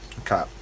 Okay